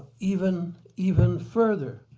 even even further,